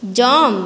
jump